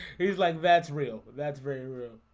he's like that's real. that's very rude